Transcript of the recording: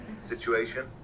situation